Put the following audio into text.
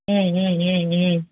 ம் ம் ம் ம்